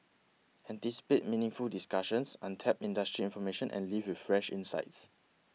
anticipate meaningful discussions untapped industry information and leave with fresh insights